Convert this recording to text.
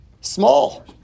small